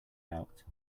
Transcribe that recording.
out